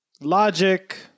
Logic